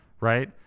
Right